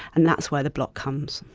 and that's where the block comes.